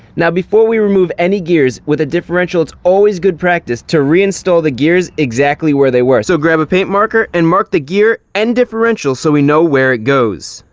now, before we remove any gears, with a differential, it's always good practice to reinstall the gears exactly where they were. so grab a paint marker and mark the gear and differential so we know where it goes.